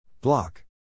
Block